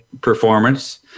performance